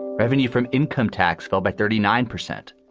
revenue from income tax fell by thirty nine percent.